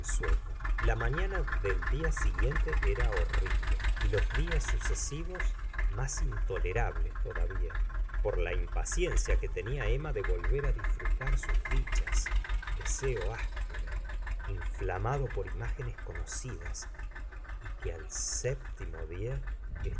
la mañana del día siguiente era horrible y los días sucesivos más intolerables todavía por la impacienc ia que tenia emma de volver á disfrutar sus dichas deseo áspero inftamado por imágenes cono cidas y que al séptimo dí